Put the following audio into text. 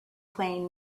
playing